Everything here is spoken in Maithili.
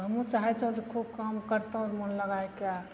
हमू चाहै छौं जे खूब करतौ मन लगाइके